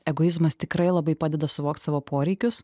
egoizmas tikrai labai padeda suvokt savo poreikius